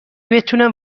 بتونم